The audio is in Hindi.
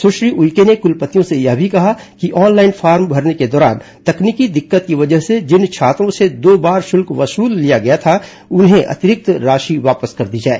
सुश्री उइके ने कुलपतियों से यह भी कहा कि ऑनलाइन फॉर्म भरने को दौरान तकनीकी दिक्कत की वजह से जिन छात्रों से दो बार शुल्क लिया गया है उन्हें अतिरिक्त राशि वापस कर दी जाए